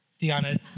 Diana